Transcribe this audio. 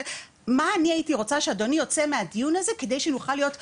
מה אני הייתי רוצה שאדוני יוציא מהדיון הזה כדי שנוכל להיות אפקטיביים.